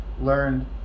learned